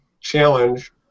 challenge